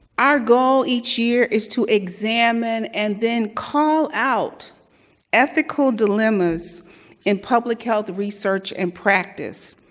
our goal each year is to examine and then call out ethical dilemmas in public health research and practice,